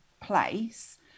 place